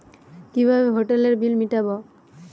কিভাবে হোটেলের বিল মিটাব?